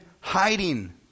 hiding